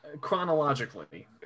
chronologically